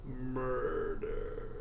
murder